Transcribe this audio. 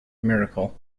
miracle